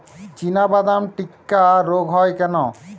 চিনাবাদাম টিক্কা রোগ হয় কেন?